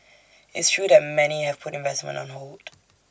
it's true that many have put investment on hold